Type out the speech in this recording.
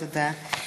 תודה.